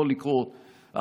יכול לקרות,